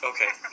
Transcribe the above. Okay